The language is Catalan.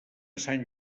sant